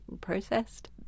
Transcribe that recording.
processed